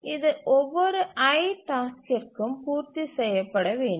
இது ஒவ்வொரு i டாஸ்க்கிற்கும் பூர்த்திசெய்யப்பட வேண்டும்